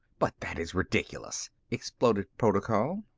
but that is ridiculous! exploded protocol.